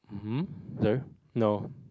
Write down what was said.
uh hmm there no